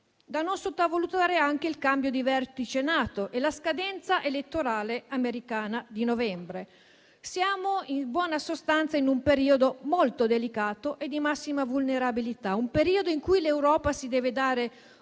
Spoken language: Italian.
Da non sottovalutare sono anche il cambio di vertice NATO e la scadenza elettorale americana di novembre. Siamo, in sostanza, in un periodo molto delicato e di massima vulnerabilità, in cui l'Europa si deve dare